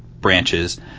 branches